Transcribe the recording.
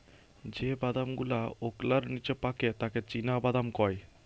যে বাদাম গুলাওকলার নিচে পাকে তাকে চীনাবাদাম কয়